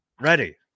Ready